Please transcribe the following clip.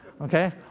okay